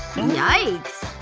yikes.